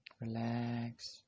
relax